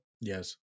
yes